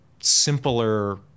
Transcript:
simpler